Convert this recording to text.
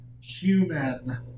human